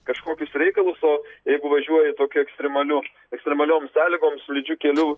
kažkokius reikalus o jeigu važiuoji tokiu ekstremaliu ekstremaliom sąlygom slidžiu keliu